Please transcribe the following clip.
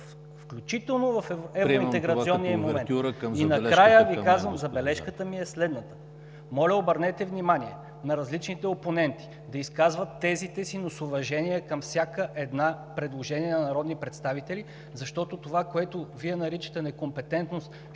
към госпожа Стоянова. КРУМ ЗАРКОВ: И накрая Ви казвам, забележката ми е следната: моля, обърнете внимание на различните опоненти да изказват тезите си, но с уважение към всяко едно предложение на народни представители, защото това, което Вие наричате некомпетентност,